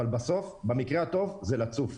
אבל בסוף, במקרה הטוב זה לצוף,